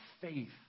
faith